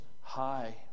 High